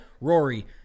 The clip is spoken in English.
Rory